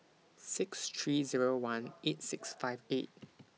six three Zero one eight six five eight